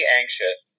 anxious